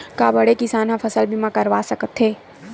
का बड़े किसान ह फसल बीमा करवा सकथे?